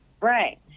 Right